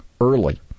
early